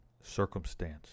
circumstance